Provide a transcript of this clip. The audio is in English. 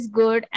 good